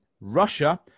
russia